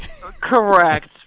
Correct